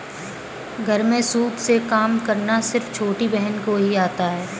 घर में सूप से काम करना सिर्फ छोटी बहन को ही आता है